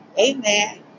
amen